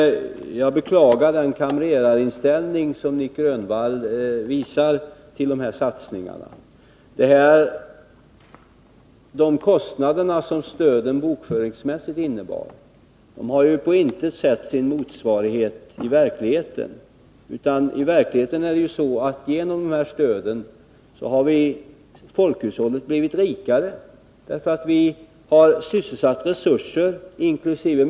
Jag beklagar den kamrerarinställning som Nic Grönvall visar till de satsningarna. De kostnader som stödet bokföringsmässigt innebar har på intet sätt sin motsvarighet i verkligheten. I verkligheten har folkhushållet blivit rikare genom det här stödet — vi har sysselsatt resurser, inkl.